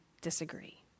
Disagree